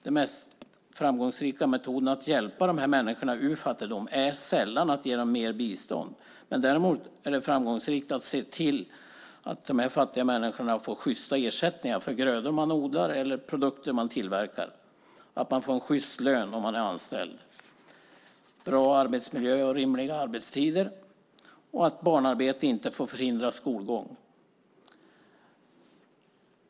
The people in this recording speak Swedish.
Den mest framgångsrika metoden att hjälpa dessa människor ur fattigdom är sällan att ge dem mer bistånd. Däremot är det framgångsrikt att se till att dessa fattiga människor får sjysta ersättningar för grödor som man odlar eller produkter som man tillverkar, att man får en sjyst lön om man är anställd, att man har en bra arbetsmiljö, rimliga arbetstider och att barnarbete inte får förhindra skolgång.